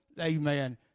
amen